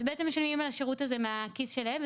בעצם הם משלמים על השרות הזה מהכיס שלהם,